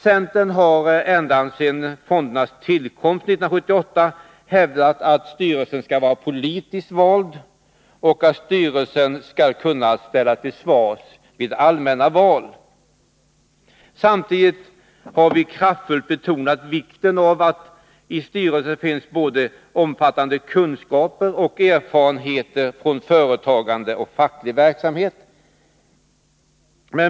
Centern har ända sedan fondernas tillkomst 1978 hävdat att styrelsen skall vara politiskt vald och att styrelsen skall kunna ställas till svars i allmänna val. Samtidigt har vi kraftfullt betonat vikten av att i styrelsen finns både omfattande kunskap och erfarenhet från företagande och facklig verksamhet.